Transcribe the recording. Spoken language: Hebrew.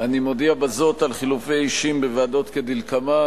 בזאת על חילופי אישים בוועדות כדלקמן,